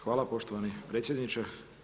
Hvala poštovani predsjedniče.